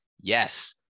Yes